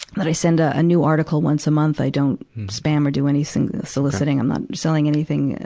that i send a, a a new article once a month. i don't spam or do any si, soliciting. i'm not selling anything,